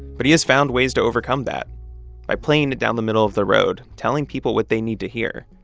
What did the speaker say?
but he has found ways to overcome that by playing it down the middle of the road, telling people what they need to hear,